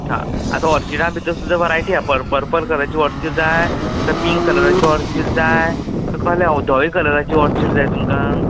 हा आतां ऑर्चिडा भितर सुद्दां वरायटी आ पर पर्पल कलरचीं ऑर्चीड जाय का पींक कलराचीं ऑर्चीड जाय क कळ्ळें ऑ धवें कलराचीं ऑर्चीड जाय तुमकां